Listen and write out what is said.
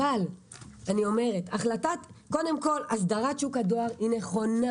אבל קודם כול הסדרת שוק הדואר היא נכונה